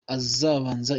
azabanza